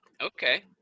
Okay